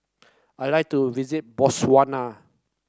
I like to visit Botswana